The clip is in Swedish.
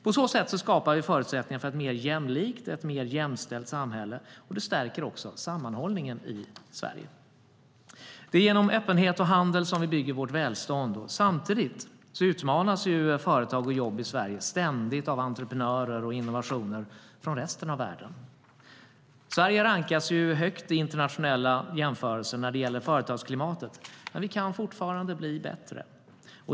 På så sätt skapar vi förutsättningar för ett mer jämlikt och jämställt samhälle, och det stärker också sammanhållningen i Sverige.Sverige rankas högt i internationella jämförelser när det gäller företagsklimatet. Men vi kan fortfarande bli bättre.